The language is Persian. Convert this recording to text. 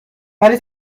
ولی